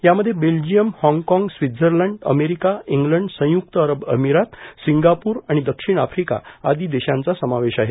यामध्ये Belgium Hong Kong Switzerland America England संयुक्त अरब अमिरात सिंगापूर आणि दक्षिण आफ्रिका आदी देशांचा समावेश आहे